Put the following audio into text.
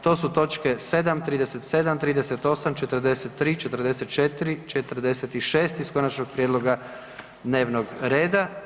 To su točke 7, 37, 38, 43, 44, 46 iz konačnog prijedloga dnevnog reda.